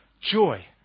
joy